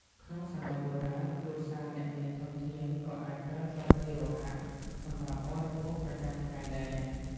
ក្នុងសម័យបុរាណ គ្រួសារអ្នកមានធនធានក៏អាចប្រើស្លាបព្រាលោហៈសម្រាប់បរិភោគប្រចាំថ្ងៃដែរ។